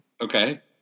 Okay